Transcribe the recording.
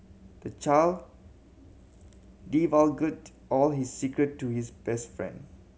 the child divulged all his secret to his best friend